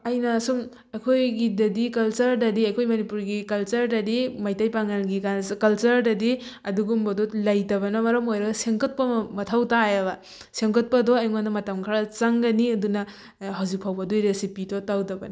ꯑꯩꯅ ꯁꯨꯝ ꯑꯩꯈꯣꯏꯒꯤꯗꯗꯤ ꯀꯜꯆꯔꯗꯗꯤ ꯑꯩꯈꯣꯏ ꯃꯅꯤꯄꯨꯔꯒꯤ ꯀꯜꯆꯔꯗꯗꯤ ꯃꯩꯇꯩ ꯄꯥꯉꯜꯒꯤ ꯀꯜꯆꯔꯗꯗꯤ ꯑꯗꯨꯒꯨꯝꯕꯗꯣ ꯂꯩꯇꯕꯅ ꯃꯔꯝ ꯑꯣꯏꯔꯒ ꯁꯦꯃꯒꯠꯄ ꯑꯃ ꯃꯊꯧ ꯇꯥꯏꯌꯦꯕ ꯁꯦꯝꯒꯠꯄꯗꯣ ꯑꯩꯉꯣꯟꯗ ꯃꯇꯝ ꯈꯔ ꯆꯪꯒꯅꯤ ꯑꯗꯨꯅ ꯍꯧꯖꯤꯛꯐꯥꯎꯕ ꯑꯗꯨꯒꯤ ꯔꯤꯁꯤꯄꯤꯗꯨ ꯇꯧꯗꯕꯅꯤ